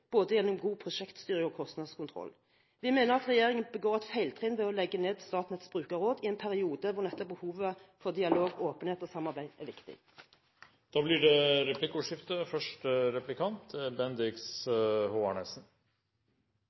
både gjennom god prosjektstyring og kostnadskontroll. Vi mener at regjeringen begår et feiltrinn ved å legge ned Statnetts brukerråd i en periode hvor nettopp behovet for dialog, åpenhet og samarbeid er viktig. Det blir replikkordskifte.